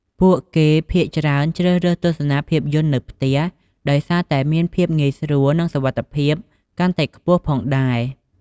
ពួកគេភាគច្រើនជ្រើសរើសទស្សនាភាពយន្តនៅផ្ទះ ដោយសារតែមានភាពងាយស្រួល និងសុវត្ថិភាពកាន់តែខ្ពស់ផងដែរ។